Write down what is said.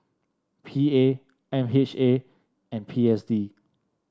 P A M H A and P S D